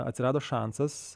atsirado šansas